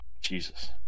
Jesus